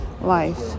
life